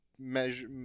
measure